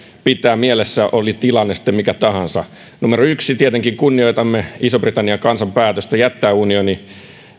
pitää mielessä oli tilanne sitten mikä tahansa ensinnäkin tietenkin kunnioitamme ison britannian kansan päätöstä jättää unioni